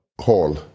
hall